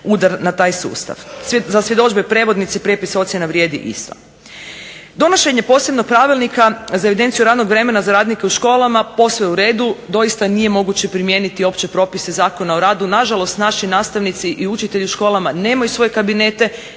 udar na taj sustav. Za svjedodžbe prevodnici i prijepis ocjena vrijedi isto. Donošenje posebnog Pravilnika za evidenciju radnog vremena za radnike u školama posve je u redu. Doista nije moguće primijeniti opće propise Zakona o radu, nažalost naši nastavnici i učitelji u školama nemaju svoje kabinete,